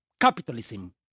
Capitalism